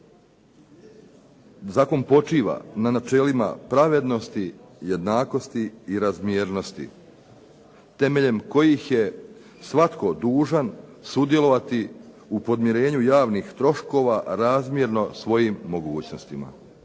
zakon počiva na načelima pravednosti, jednakosti i razmjernosti, temeljem kojih je svatko dužan sudjelovati u podmirenju javnih troškova razmjerno svojim mogućnostima.